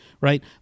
right